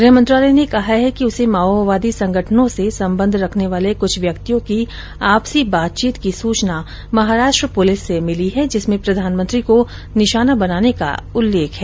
गृह मंत्रालय ने कहा है कि उसे माओवादी संगठनों से संबंध रखने वाले कुछ व्यक्तियों की आपर्सी बातचीत की सूचना महाराष्ट्र पुलिस से मिली है जिसमें प्रधानमंत्री को निशाना बनाने का उल्लेख है